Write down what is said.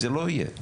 זה לא יהיה,